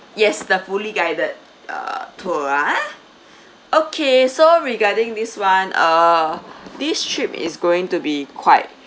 yes the fully guided uh tour ah okay so regarding this [one] uh this trip is going to be quite